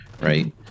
right